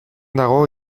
dago